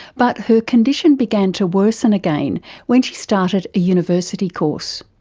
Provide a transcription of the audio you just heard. but her condition began to worsen again when she started a university course.